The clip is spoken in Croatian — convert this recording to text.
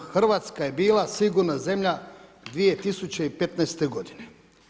Hrvatska je bila sigurna zemlja 2015. godine.